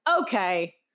okay